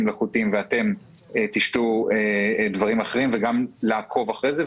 מלאכותיים ואתם תשתו דברים אחרים וגם לעקוב אחרי זה.